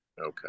Okay